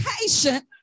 patient